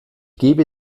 gebe